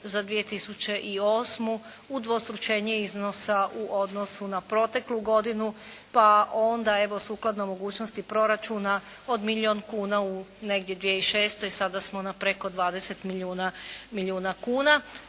za 2008. udvostručenje iznosa u odnosu na proteklu godinu. Pa onda evo, sukladno mogućnosti proračuna od milijun kuna u negdje 2006., sada smo na preko 20 milijuna kuna.